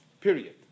period